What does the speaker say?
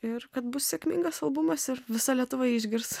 ir kad bus sėkmingas albumas ir visa lietuva jį išgirs